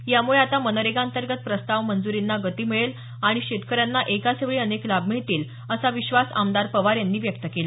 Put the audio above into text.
यामुळे आता मनरेगाअंतर्गत प्रस्ताव मंजुरींना गती मिळेल आणि शेतकऱ्यांना एकाच वेळी अनेक लाभ मिळतील असा विश्वास आमदार पवार यांनी व्यक्त केला